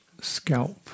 scalp